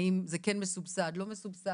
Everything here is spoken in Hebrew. האם זה כן מסובסד לא מסובסד.